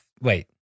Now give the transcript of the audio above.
wait